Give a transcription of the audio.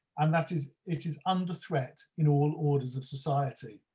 and that is it is under threat in all orders of society